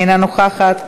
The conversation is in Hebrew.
אינה נוכחת,